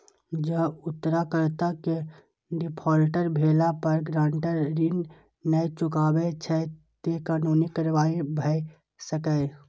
जौं उधारकर्ता के डिफॉल्टर भेला पर गारंटर ऋण नै चुकबै छै, ते कानूनी कार्रवाई भए सकैए